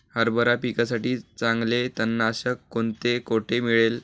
हरभरा पिकासाठी चांगले तणनाशक कोणते, कोठे मिळेल?